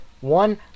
One